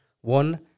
One